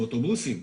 באוטובוסים,